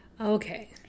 Okay